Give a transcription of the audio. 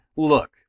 Look